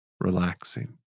relaxing